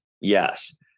Yes